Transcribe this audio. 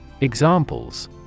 Examples